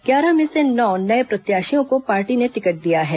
ग्यारह में से नौ नए प्रत्याशियों को पार्टी ने टिकट दी है